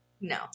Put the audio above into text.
No